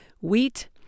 Wheat